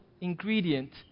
ingredient